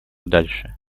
дальше